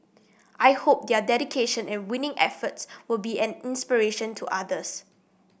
I hope their dedication and winning efforts will be an inspiration to others